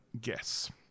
guess